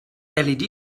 led